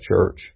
church